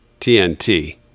TNT